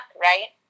right